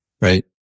right